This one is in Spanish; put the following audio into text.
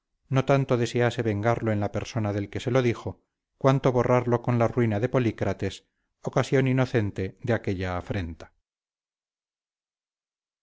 no tanto desease vengarlo en la persona del que se lo dijo cuanto borrarlo con la ruina de polícrates ocasión inocente de aquella afrenta